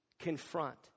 Confront